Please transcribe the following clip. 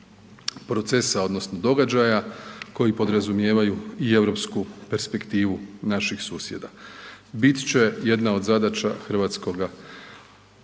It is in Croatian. procesa odnosno događaja koji podrazumijevaju i europsku perspektivu naših susjeda, bit će jedna od zadaća hrvatskoga